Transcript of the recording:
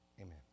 Amen